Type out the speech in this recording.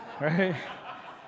right